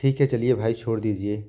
ठीक है चलिए भाई छोड़ दीजिए